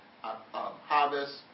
Harvest